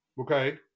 Okay